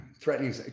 threatening